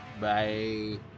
Bye